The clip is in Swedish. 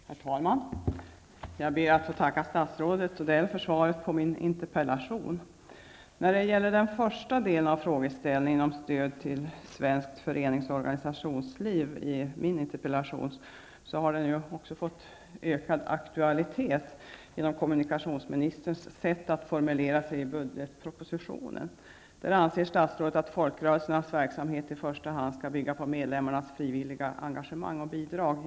Herr talman! Jag ber att få tacka statsrådet Odell för svaret på min interpellation. När det gäller den första frågan i min interpellation om stöd till svenskt förenings och organisationsliv, har frågan fått ökad aktualitet genom kommunikationsministerns sätt att formulera sig i budgetpropositionen. Där anser statsrådet att fokrörelsernas verksamhet i första hand skall bygga på medlemmarnas frivilliga engagemang och bidrag.